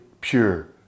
pure